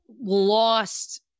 lost